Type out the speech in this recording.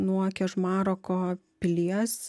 nuo kežmaroko pilies